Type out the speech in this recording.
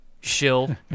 Shill